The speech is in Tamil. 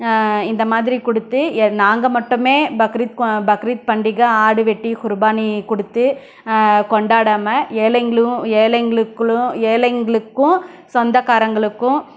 இந்த மாதிரி கொடுத்து எ நாங்கள் மட்டும் பக்ரீத் கொ பக்ரீத் பண்டிகை ஆடு வெட்டி குருபானி கொடுத்து கொண்டாடாமல் ஏழைங்களும் ஏழைங்களுக்குக்குள்ளும் ஏழைங்களுக்கும் சொந்தக்காரங்களுக்கும்